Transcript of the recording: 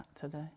today